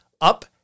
up